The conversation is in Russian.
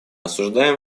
осуждаем